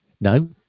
No